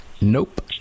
nope